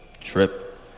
trip